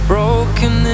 Broken